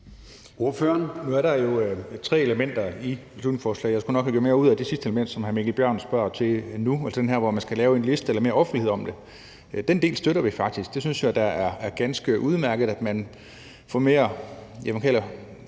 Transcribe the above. (DD): Nu er der jo tre elementer i beslutningsforslaget; jeg skulle nok have gjort mere ud af det sidste element, som hr. Mikkel Bjørn spørger til nu, altså det her med, at man skal lave en liste eller lave mere offentlighed om det. Den del støtter vi faktisk. Det synes jeg da er ganske udmærket, altså at man